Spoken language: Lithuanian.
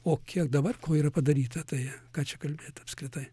o kiek dabar ko yra padaryta tai ką čia kalbėt apskritai